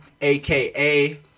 aka